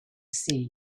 sea